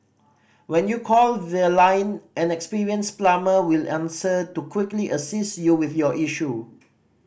when you call their line an experienced plumber will answer to quickly assist you with your issue